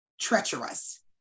treacherous